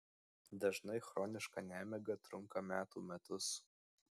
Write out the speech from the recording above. dažnai chroniška nemiga trunka metų metus